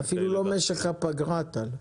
זה אפילו לא משך הפגרה טל,